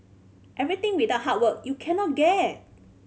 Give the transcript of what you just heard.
everything without hard work you cannot get